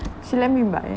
she let me buy eh